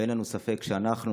ואין לנו ספק שאנחנו,